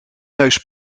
neus